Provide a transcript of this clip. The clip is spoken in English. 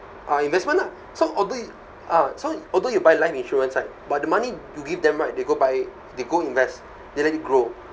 ah investment lah so although y~ ah so although you buy life insurance right but the money you give them right they go buy they go invest they let it grow